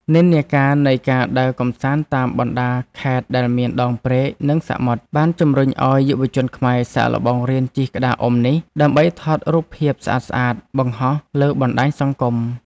និន្នាការនៃការដើរកម្សាន្តតាមបណ្តាខេត្តដែលមានដងព្រែក និងសមុទ្រ បានជំរុញឱ្យយុវជនខ្មែរសាកល្បងរៀនជិះក្តារអុំនេះ ដើម្បីថតរូបភាពស្អាតៗបង្ហោះលើបណ្តាញសង្គម។